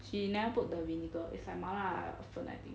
she never put the vinegar is like 麻辣 fanatic